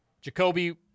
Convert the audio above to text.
Jacoby